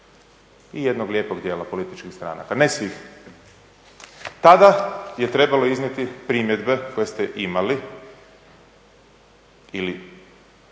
i jednog lijepog dijela političkih stranaka, ne svih. Tada je trebalo iznijeti primjedbe koje ste imali ili